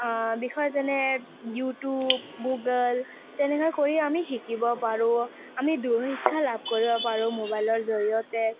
বিষয় যেনে YouTube Google তেনেকৈ কৰি আমি শিকিব পাৰোঁ আমি দূৰ শিক্ষা লাভ কৰিব পাৰোঁ ম'বাইলৰ জৰিয়তে